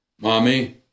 Mommy